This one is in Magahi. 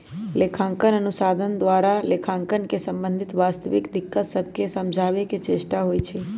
लेखांकन अनुसंधान द्वारा लेखांकन से संबंधित वास्तविक दिक्कत सभके समझाबे के चेष्टा होइ छइ